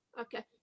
Okay